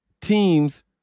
teams